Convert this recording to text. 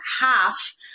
half